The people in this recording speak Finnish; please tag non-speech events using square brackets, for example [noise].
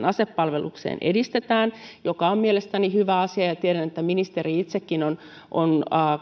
[unintelligible] asepalvelukseen edistetään mikä on mielestäni hyvä asia tiedän että ministeri itsekin on on